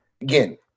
again